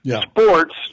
sports